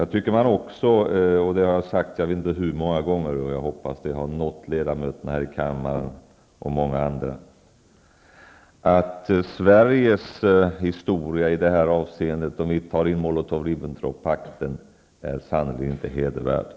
Jag tycker också att man -- jag vet inte hur många gånger jag har sagt detta, och jag hoppas att det har nått fram till ledamöterna här i kammaren -- och till många andra -- att Sveriges historia i detta avseende, om vi tänker på Molotov--Ribbentrop-pakten, är sannerligen inte hedervärd.